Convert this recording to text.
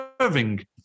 serving